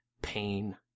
pain